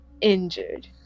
injured